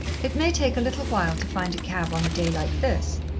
it may take a little while to find a cab on a day like this.